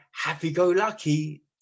happy-go-lucky